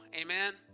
Amen